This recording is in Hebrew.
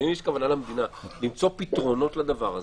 אבל אם יש למדינה כוונות למצוא פתרונות לזה,